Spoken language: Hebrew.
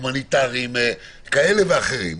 הומניטריים כאלה וארחים.